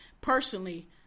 personally